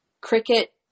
Cricket